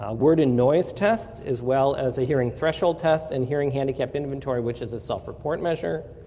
um word and noise test as well as a hearing threshold test and hearing handicapped inventory, which is a self-report measure.